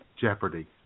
jeopardy